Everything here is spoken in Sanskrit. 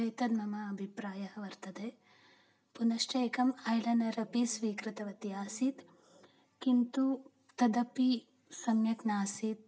एतद् मम अभिप्रायः वर्तते पुनश्च एकम् ऐलनरपि स्वीकृतवती आसीत् किन्तु तदपि सम्यक् नासीत्